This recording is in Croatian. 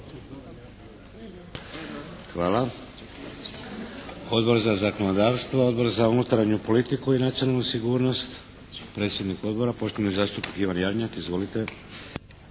Hvala. Odbor za zakonodavstvo? Odbor za unutarnju politiku i nacionalnu sigurnost? Predsjednik odbora poštovani zastupnik Ivan Jarnjak. Izvolite!